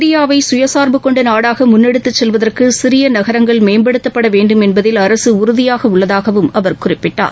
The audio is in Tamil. இந்தியாவை தற்சார்பு கொண்ட நாடாக முன்னெடுத்துச் செல்வதற்கு சிறிய நகரங்கள் மேம்படுத்தப்பட வேண்டும் என்பதில் அரசு உறுதியாக உள்ளதாகவும் அவர் குறிப்பிட்டார்